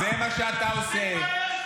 תתבייש לך.